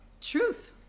truth